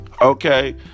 okay